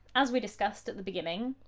as we discussed at the beginning,